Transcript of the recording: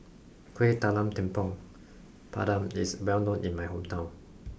kueh talam tepong pandan is well known in my hometown